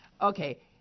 Okay